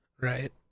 Right